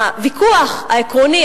הוויכוח העקרוני,